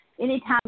Anytime